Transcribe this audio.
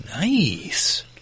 Nice